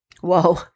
Whoa